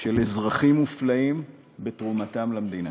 של אזרחים מופלאים בתרומתם למדינה.